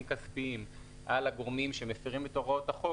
כספיים על הגורמים שמפרים את הוראות החוק,